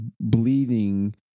bleeding